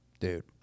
Dude